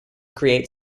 create